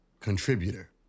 Contributor